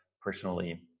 personally